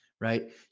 right